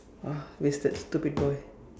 uh wasted stupid boy